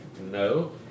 no